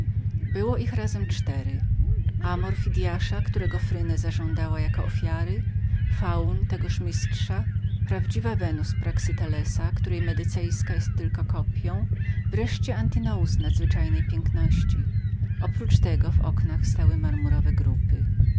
było ich razem cztery jeden był sławny amor fidyasza wykuty dla fryne drugi faun tegoż sztukmistrza trzeci prawdziwa wenus praksytelesa której medycejska jest tylko kopią czwarty był antinous nadzwyczajnej piękności oprócz tego w oknach stały marmurowe grupy